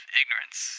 ignorance